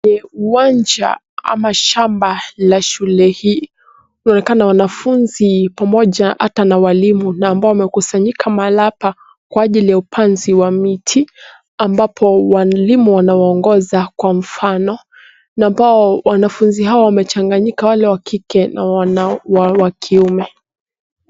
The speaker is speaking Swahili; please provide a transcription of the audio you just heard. Ni uwanja ama shamba la shule hii inaonekana wanafunzi pamoja ata na walimu na ambao wamekusanyika mahala hapa kwa ajili ya upanzi wa miti ambapo walimu wanawaongoza kwa mfano, na ambao wanafunzi hawa wamechanganyika wale wa kike na wa kiume.